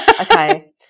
Okay